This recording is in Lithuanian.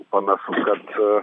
panašu kad